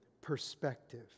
perspective